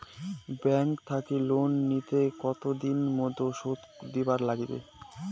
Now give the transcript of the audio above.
Bank থাকি loan নিলে কতো দিনের মধ্যে শোধ দিবার নাগিবে?